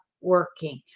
working